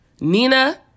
Nina